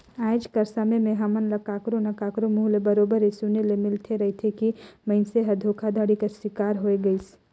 आएज कर समे में हमन ल काकरो ना काकरो मुंह ले बरोबेर ए सुने ले मिलते रहथे कि मइनसे हर धोखाघड़ी कर सिकार होए गइस